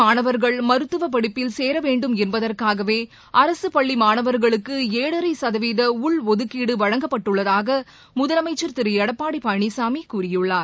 மாணவர்கள் மருத்துவ படிப்பில் சேரவேண்டும் என்பதற்காகவே அரசுப்பள்ளி ஏழை மாணவர்களுக்கு ஏழரை சதவீத உள்ஒதுக்கீடு வழங்கப்பட்டுள்ளதாக முதலமைச்சர் திரு எடப்பாடி பழனிசாமி கூறியுள்ளார்